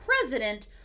president